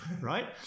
Right